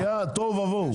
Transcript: היה תוהו ובוהו,